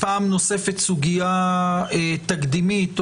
פעם נוספת סוגיה תקדימית או